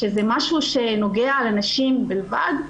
שזה משהו שנוגע לנשים בלבד,